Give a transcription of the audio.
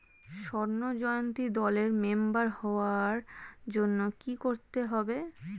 স্বর্ণ জয়ন্তী দলের মেম্বার হওয়ার জন্য কি করতে হবে?